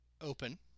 open